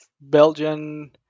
Belgian